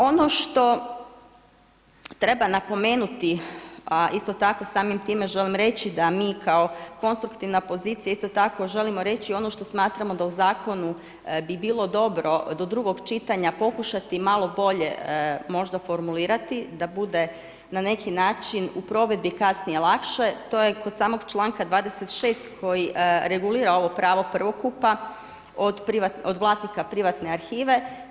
Ono što treba napomenuti, a isto tako samim time želim reći da mi kao konstruktivna pozicija isto tako želimo reći ono što smatramo da u zakonu bi bilo dobro do drugog čitanja pokušati malo bolje možda formulirati da bude na neki način u provedbi kasnije lakše, to je kod samog članka 26. koji regulira ovo pravo prvokupa od vlasnika privatne arhive.